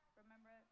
remember